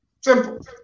Simple